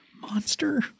Monster